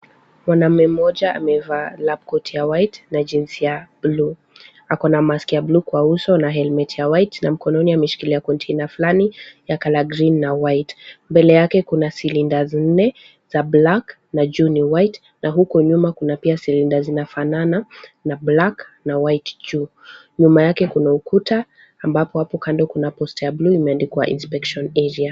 Mwanaume mmoja amevaa lab coat ya white na jeans ya blue .Ako na mask ya bluu kwa uso na helmet ya white mkononi ameshikilia container fulani ya colour ya green na white[cs.Mbele yake kuna cylinders nne za black na juu ni white na huku nyuma kuna pia cylinders zinafanana na black na white juu. Nyuma yake kuna ukuta ambapo hapo kando kuna post ya bluu imeandikwa inspection area .